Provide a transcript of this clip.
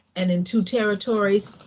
and in two territories.